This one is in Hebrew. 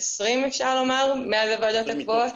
כ-20 אפשר לומר מאז הוועדות הקבועות.